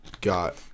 got